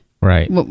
Right